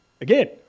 again